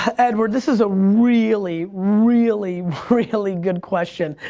edward, this is a really, really, really, good question.